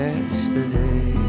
Yesterday